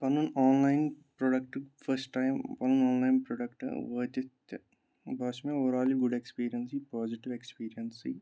پَنُن online product first time پَنُن online product وٲتِتھ تہِ باسیٚو مےٚ اُوَر آل یہِ گُڈ ایٚکٕسپیٖرِیَنس یہِ پازِٹیو ایٚکٕسپیٖریَنسٕے